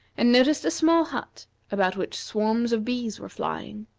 and noticed a small hut about which swarms of bees were flying.